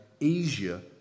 Asia